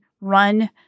run